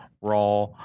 raw